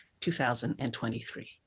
2023